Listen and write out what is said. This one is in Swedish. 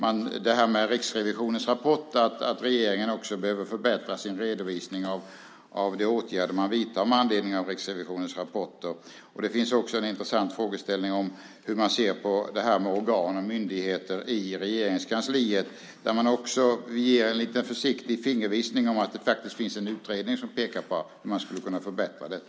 Angående Riksrevisionens rapport behöver regeringen förbättra sin redovisning av de åtgärder som vidtas med anledning av Riksrevisionens rapport. Det finns också en intressant frågeställning om hur man ser på det här med organ och myndigheter i Regeringskansliet. Man ger en försiktig fingervisning om att det faktiskt finns en utredning som pekar på att man skulle kunna förbättra det.